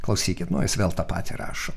klausykit nu jis vėl tą patį rašo